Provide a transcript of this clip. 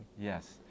Yes